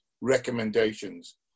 recommendations